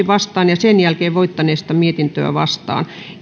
vastaan ja sitten voittaneesta mietintöä vastaan